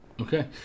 Okay